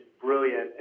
brilliant